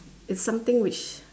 it's something which